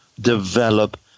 develop